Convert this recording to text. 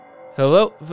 Hello